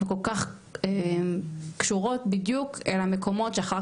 וכל כך קשורות בדיוק אל המקומות שאחר